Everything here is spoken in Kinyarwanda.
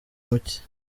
muke